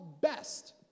best